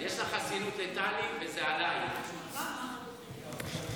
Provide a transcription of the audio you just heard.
למה לפגוע בנראות הלאומית